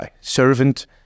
servant